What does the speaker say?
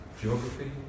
geography